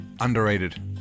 Underrated